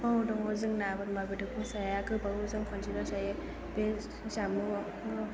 औ दङ जोंना बोरमा बेदरखौ जाया गोबावजों खनसेल' जायो बे